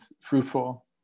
fruitful